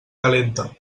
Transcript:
calenta